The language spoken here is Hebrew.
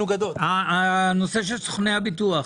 הנושא של סוכני הביטוח.